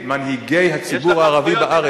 מנהיגי הציבור הערבי בארץ,